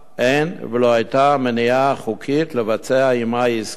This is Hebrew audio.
אין ולא היתה מניעה חוקית לבצע עמה עסקה כאמור.